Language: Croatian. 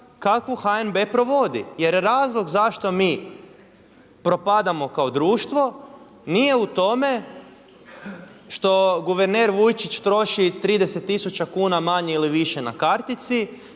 kakvu HNB provodi. Jer razlog zašto mi propadamo kao društvo nije u tome što guverner Vujčić troši 30 tisuća kuna manje ili više na kartici